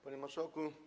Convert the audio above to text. Panie Marszałku!